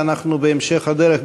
ואנחנו בהמשך הדרך,